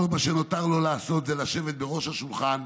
כל מה שנותר לו לעשות זה לשבת בראש השולחן,